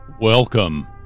Welcome